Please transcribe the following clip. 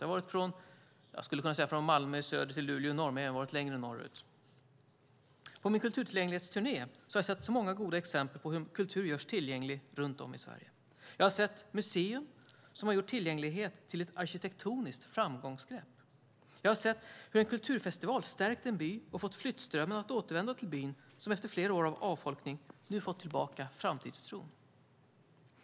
Jag skulle kunna säga att det har varit från Malmö i söder till Luleå i norr, men jag har varit längre norrut. På min kulturtillgänglighetsturné har jag sett många goda exempel på hur kultur görs tillgänglig runt om i Sverige. Jag har sett ett museum som har gjort tillgänglighet till ett arkitektoniskt framgångsgrepp. Jag har sett hur en kulturfestival stärkt en by och fått flyttströmmen att återvända till byn, som efter flera år av avfolkning nu fått tillbaka framtidstron.